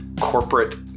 corporate